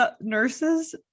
nurses